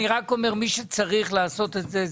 מי שצריך לעשות את זה,